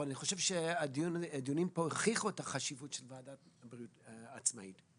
אבל אני חושב שהדיונים כאן הוכיחו את החשיבות של ועדת בריאות עצמאית.